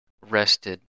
rested